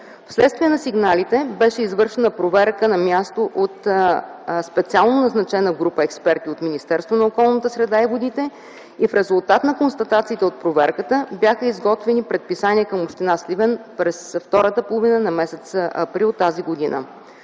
Вследствие на сигналите, беше извършена проверка на място от специално назначена група експерти от Министерството на околната среда и водите и в резултат на констатациите от проверката бяха изготвени предписания към община Сливен през втората половина на м. април тази година.